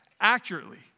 accurately